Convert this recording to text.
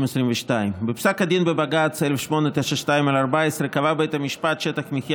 2022. בפסק הדין בבג"ץ 1892/14 קבע בית המשפט שטח מחיה